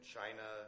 China